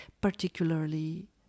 particularly